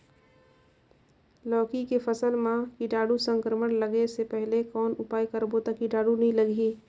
लौकी के फसल मां कीटाणु संक्रमण लगे से पहले कौन उपाय करबो ता कीटाणु नी लगही?